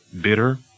bitter